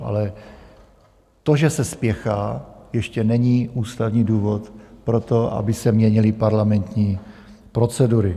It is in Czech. Ale to, že se spěchá, ještě není ústavní důvod pro to, aby se měnily parlamentní procedury.